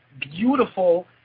beautiful